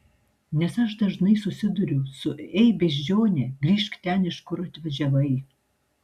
nes aš dažnai susiduriu su ei beždžione grįžk ten iš kur atvažiavai